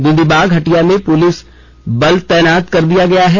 द्दीबाग हटिया में पुलिस बल तैनात कर दिया गया है